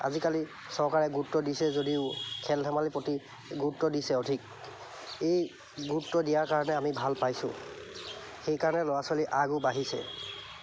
আজিকালি চৰকাৰে গুৰুত্ব দিছে যদিও খেল ধেমালিৰ প্ৰতি গুৰুত্ব দিছে অধিক এই গুৰুত্ব দিয়াৰ কাৰণে আমি ভাল পাইছোঁ সেইকাৰণে ল'ৰা ছোৱালী আগো বাঢ়িছে